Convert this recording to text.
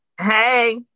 hey